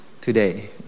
today